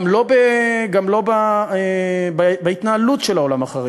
וגם לא בהתנהלות של העולם החרדי.